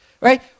Right